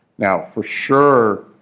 now for sure,